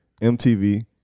MTV